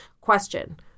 Question